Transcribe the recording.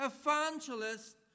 evangelist